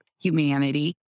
humanity